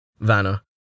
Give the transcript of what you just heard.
Vanna